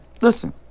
Listen